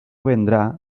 vendrá